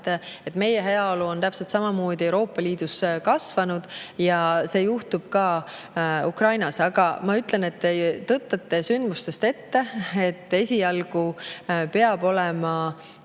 et meie heaolu on Euroopa Liidus kasvanud, ja see juhtub ka Ukrainas. Aga ma ütlen, et te tõttate sündmustest ette. Esialgu peab olema